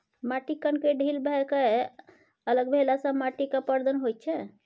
माटिक कणकेँ ढील भए कए अलग भेलासँ माटिक अपरदन होइत छै